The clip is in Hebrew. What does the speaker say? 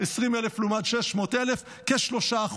20,000 לעומת 600,000 הם כ-3%,